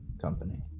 company